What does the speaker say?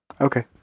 Okay